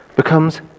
becomes